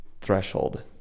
threshold